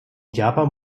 japan